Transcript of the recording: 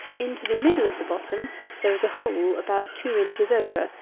into the middle of the bottom there is a hole about two inches over,